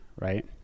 right